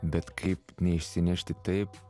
bet kaip neišsinešti taip